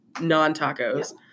non-tacos